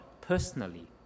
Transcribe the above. personally